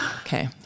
okay